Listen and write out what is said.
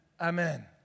Amen